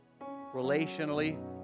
relationally